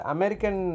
American